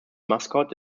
mascot